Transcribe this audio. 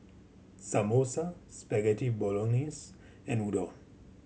Samosa Spaghetti Bolognese and Udon